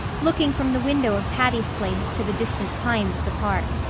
looking from the window of patty's place to the distant pines of the park.